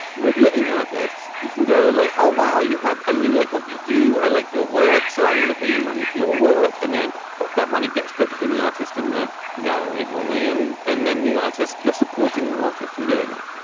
with living artists, you can go like, oh, wow, you have. i really like what you do. i like your work. so i'm going to pay you money for your work. and then that money gets split between the artist in the gallery and onlyin and and then the artist. you're supporting the artist and doing it.